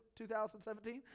2017